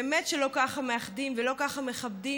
באמת שלא ככה מאחדים ולא ככה מחברים.